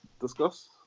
discuss